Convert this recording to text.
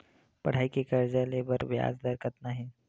पढ़ई के कर्जा ले बर ब्याज दर कतका हे?